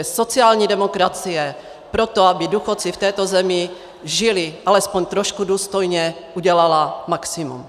Sociální demokracie pro to, aby důchodci v této zemi žili alespoň trošku důstojně, udělala maximum.